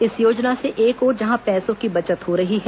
इस योजना से एक ओर जहां पैसों की बचत हो रही है